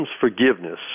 forgiveness